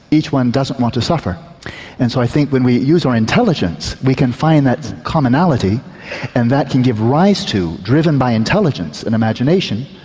each one doesn't want to suffer and so i think when we use our intelligence we can find that commonality and that can give rise to, driven by intelligence and imagination,